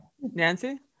nancy